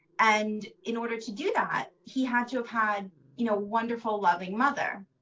and in order to do that, he had to have had you know wonderful loving mother.